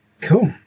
Cool